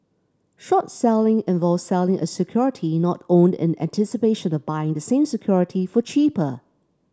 short selling involves selling a security not owned in anticipation of buying the same security for cheaper